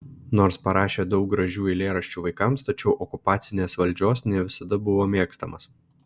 nors parašė daug gražių eilėraščių vaikams tačiau okupacinės valdžios ne visada buvo mėgstamas